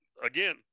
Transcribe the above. Again